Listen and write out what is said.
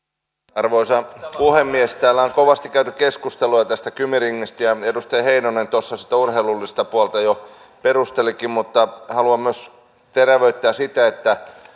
arvoisa puhemies täällä on kovasti käyty keskusteluja tästä kymi ringistä ja edustaja heinonen tuossa sitä urheilullista puolta jo perustelikin mutta haluan myös terävöittää sitä kun on